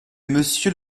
monsieur